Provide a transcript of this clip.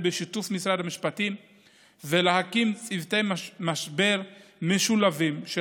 בשיתוף משרד המשפטים ולהקים צוותי משבר משולבים של